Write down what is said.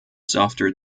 softer